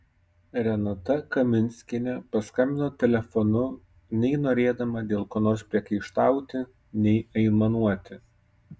renata kaminskienė paskambino telefonu nei norėdama dėl ko nors priekaištauti nei aimanuoti